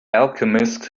alchemist